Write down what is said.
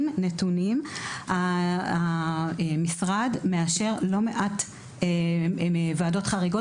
נתונים המשרד מאשר לא מעט ועדות חריגות,